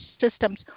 systems